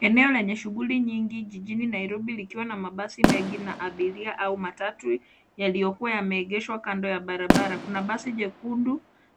Eneo lenye shughuli nyingi jijini Nairobi likiwa na mabasi mengi na abiria au matatu yaliyokuwa yameegshwa kando ya barabara. Kuna basi jekunde